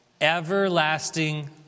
Everlasting